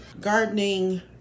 gardening